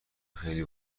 خیلی